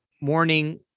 morning